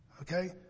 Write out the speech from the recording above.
Okay